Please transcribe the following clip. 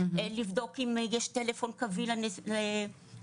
לבדוק אם יש טלפון קווי לנציבות,